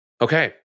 Okay